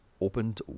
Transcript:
opened